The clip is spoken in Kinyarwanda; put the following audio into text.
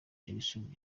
jackson